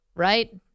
right